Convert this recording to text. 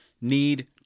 need